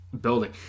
building